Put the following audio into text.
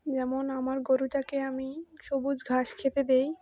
যেমন আমার গরুটাকে আমি সবুজ ঘাস খেতে দেই